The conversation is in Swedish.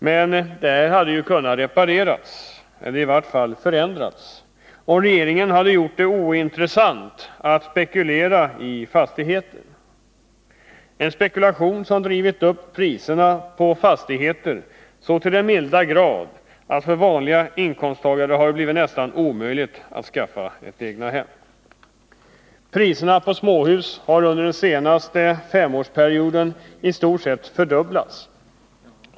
Men det hade kunnat repareras, eller i vart fall förändras, om regeringen hade gjort det ointressant att spekulera i fastigheter — en spekulation som har drivit upp priserna på fastigheter så till den milda grad att det för vanliga inkomsttagare har blivit nästan omöjligt att skaffa egnahem. Priserna på småhus har under den senaste femårsperioden i stort sett fördubblats.